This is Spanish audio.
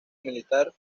militar